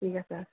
ঠিক আছে